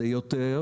זה יותר